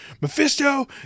Mephisto